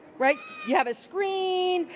right? you have a screen,